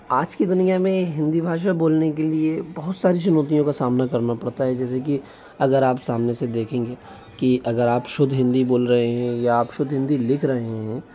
आज की दुनिया में हिंदी भाषा बोलने के लिए बहुत सारी चुनौतियों का सामना करना पड़ता है जैसे कि अगर आप सामने से देखेंगे कि अगर आप शुद्ध हिंदी बोल रहे हैं या आप शुद्ध हिंदी लिख रहे हैं